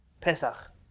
Pesach